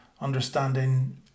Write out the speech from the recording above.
understanding